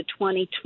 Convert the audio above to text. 2020